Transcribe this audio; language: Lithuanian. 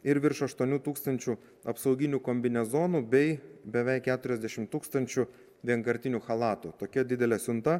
ir virš aštuonių tūkstančių apsauginių kombinezonų bei beveik keturiasdešim tūkstančių vienkartinių chalatų tokia didelė siunta